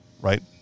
right